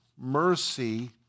mercy